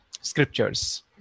Scriptures